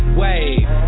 wave